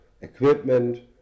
equipment